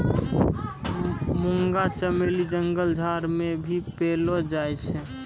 मुंगा चमेली जंगल झाड़ मे भी पैलो जाय छै